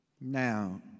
now